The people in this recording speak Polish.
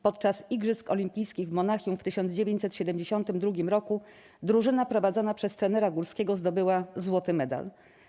Podczas Igrzysk Olimpijskich w Monachium w 1972 roku drużyna prowadzona przez trenera Górskiego zdobyła złoty medal.